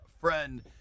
friend